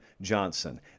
Johnson